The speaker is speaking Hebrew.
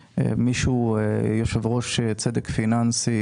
יושב-ראש צדק פיננסי,